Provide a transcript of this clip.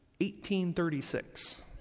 1836